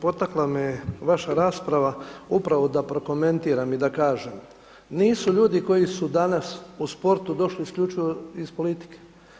Kolega Ćuraj, potakla me vaša rasprava upravo da prokomentiram i da kažem, nisu ljudi koji su danas u sportu došli isključivo iz politike.